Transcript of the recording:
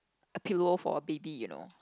a pillow for a baby you know